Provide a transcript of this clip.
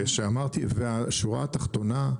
והשורה התחתונה,